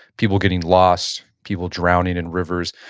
people getting lost, people drowning in rivers.